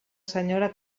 senyora